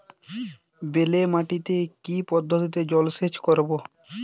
বেলে মাটিতে কি পদ্ধতিতে জলসেচ করব?